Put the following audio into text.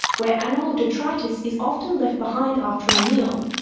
where animal detritus is often left behind after a meal,